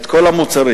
את מחירי כל המוצרים.